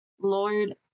Lord